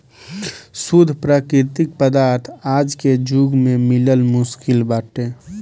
शुद्ध प्राकृतिक पदार्थ आज के जुग में मिलल मुश्किल बाटे